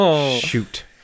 shoot